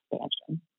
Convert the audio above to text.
expansion